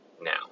now